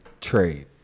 Trade